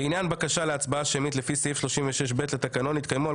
לעניין בקשה להצבעה שמית לפי סעיף 36(ב) לתקנון: יתקיימו על